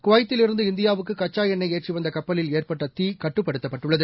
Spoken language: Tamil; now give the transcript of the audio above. குவைத்திலிருந்து இந்தியாவுக்கு கச்சா எண்ணெய் ஏற்றி வந்த கப்பலில் ஏற்பட்ட கட்டுப்படுத்தப்பட்டுள்ளது